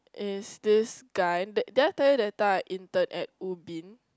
is this guy did did I tell you that time I intern at Ubin